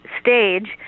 stage